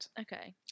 Okay